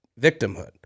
victimhood